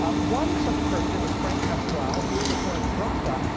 ah one such person is frank pasquale, here with oren bracha,